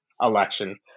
election